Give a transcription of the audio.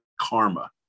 karma